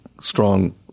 strong